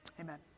Amen